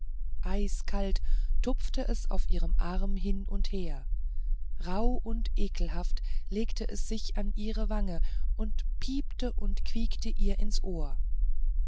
eiskalt tupfte es auf ihrem arm hin und her und rauh und ekelhaft legte es sich an ihre wange und piepte und quiekte ihr ins ohr